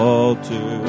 altar